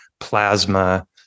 plasma